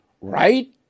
right